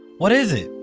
what is it?